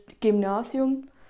gymnasium